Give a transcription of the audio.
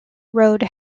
road